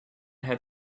had